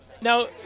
Now